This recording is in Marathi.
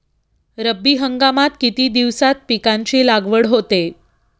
रब्बी हंगामात किती दिवसांत पिकांची लागवड होते?